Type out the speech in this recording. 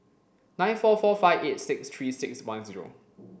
nine four four five eight six three six one zero